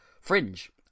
fringe